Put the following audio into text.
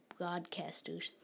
broadcasters